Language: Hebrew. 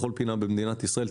בכל פינה במדינת ישראל,